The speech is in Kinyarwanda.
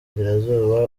bwa